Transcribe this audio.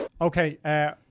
Okay